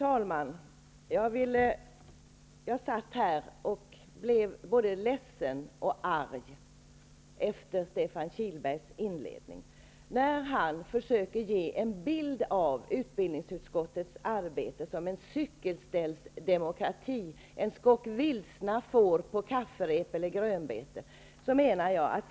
Herr talman! Jag satt här och blev både ledsen och arg efter Stefan Kihlbergs inledning. Han försöker ge en bild av utbildningsutskottets arbete och liknar det vid en ''cykelställsdemokrati'', ett kafferep och en skock vilsna får på grönbete.